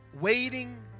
Waiting